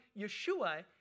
Yeshua